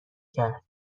کرد